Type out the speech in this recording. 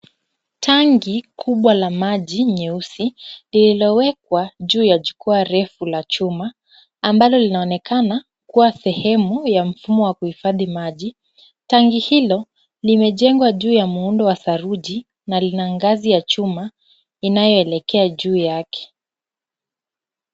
Tanki kubwa la maji nyeusi, lililowekwa juu ya jukwaa refu la chuma ambalo linaonekana kuwa sehemu ya mfumo wa kuhifadhi maji. Tanki hilo limejengwa juu ya muundo wa saruji na lina ngazi ya chuma inayoelekea juu yake.